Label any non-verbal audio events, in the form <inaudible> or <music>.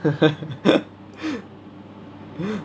<laughs>